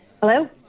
Hello